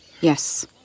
Yes